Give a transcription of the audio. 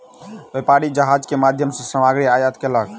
व्यापारी जहाज के माध्यम सॅ सामग्री आयात केलक